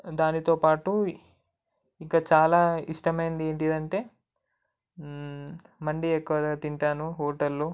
దానితో పాటు ఇంకా చాలా ఇష్టమైనది ఏంటంటే మండి ఎక్కువగా తింటాను హోటలో